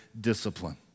discipline